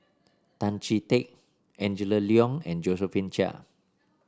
Tan Chee Teck Angela Liong and Josephine Chia